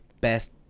best